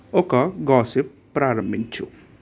ఒక గాసిప్ ప్రారంభించు